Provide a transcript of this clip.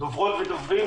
דוברות ודוברים,